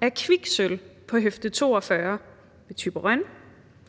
er kviksølv, på Høfde 42 ved Thyborøn,